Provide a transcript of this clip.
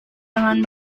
dengan